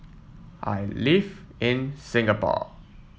I live in Singapore